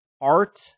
art